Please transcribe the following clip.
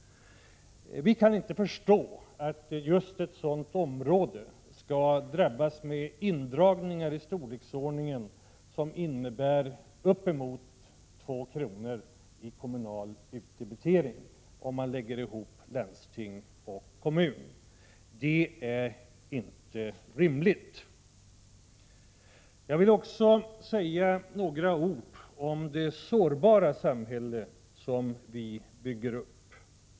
Vi i centern kan inte förstå att just ett sådant område skall drabbas av indragningar i en sådan omfattning att det motsvarar en kommunal utdebitering uppemot två kronor sammanlagt för landsting och kommun. Det är inte rimligt. Jag vill också säga några ord om det sårbara samhälle vi bygger upp.